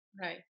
right